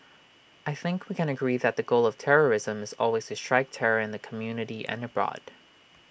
I think we can agree that the goal of terrorism is always to strike terror in the community and abroad